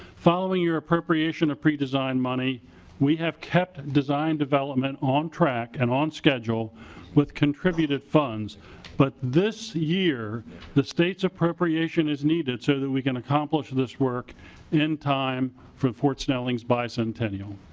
following your appropriation of predesigned money we have kept design development on track and on schedule with contributed funds but this year the states appropriation is needed so we can accomplish this work in time for fort snelling's bicentennial.